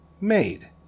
made